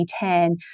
2010